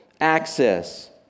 Access